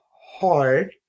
hard